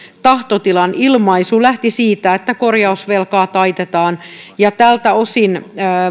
tahtotilan ilmaisu lähti siitä että korjausvelkaa taitetaan tältä osin